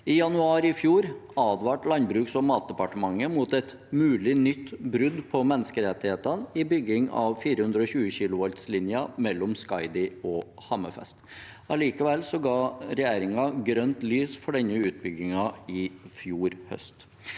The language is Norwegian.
I januar i fjor advarte Landbruks- og matdepartementet mot et mulig nytt brudd på menneskerettighetene i forbindelse med byggingen av 420 kV-linjen mellom Skaidi og Hammerfest. Likevel ga regjeringen grønt lys for denne utbyggingen i fjor høst.